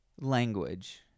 language